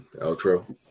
outro